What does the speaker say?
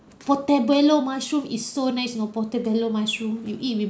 portobello mushroom is so nice you know portobello mushroom you eat with